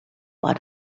war